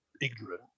ignorant